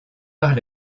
par